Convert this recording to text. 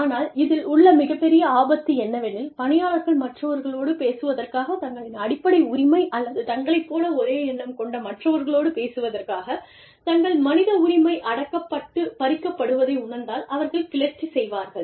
ஆனால் இதில் உள்ள மிகப்பெரிய ஆபத்து என்னவெனில் பணியாளர்கள் மற்றவர்களோடு பேசுவதற்கான தங்களின் அடிப்படை உரிமை அல்லது தங்களைப் போல ஒரே எண்ணம் கொண்ட மற்றவர்களோடு பேசுவதற்கான தங்கள் மனித உரிமை அடக்கப்பட்டுப் பறிக்கப் படுவதை உணர்ந்தால் அவர்கள் கிளர்ச்சி செய்வார்கள்